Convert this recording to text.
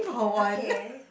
okay